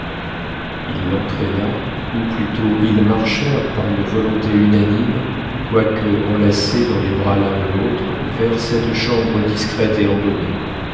il l'entraîna ou plutôt ils marchèrent par une volonté unanime quoique enlacés dans les bras l'un de l'autre vers cette chambre discrète et embaumée